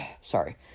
sorry